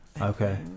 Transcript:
Okay